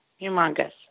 Humongous